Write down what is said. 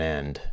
end